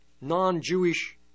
non-Jewish